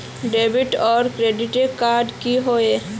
Debit आर credit card की होय?